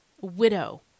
Widow